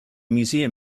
museum